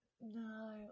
No